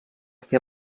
fer